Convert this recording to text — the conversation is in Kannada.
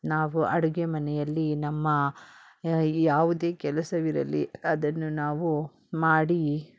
ನಾವು ಅಡುಗೆ ಮನೆಯಲ್ಲಿ ನಮ್ಮ ಈ ಯಾವುದೇ ಕೆಲಸವಿರಲಿ ಅದನ್ನು ನಾವು ಮಾಡಿ